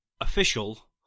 official